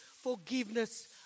forgiveness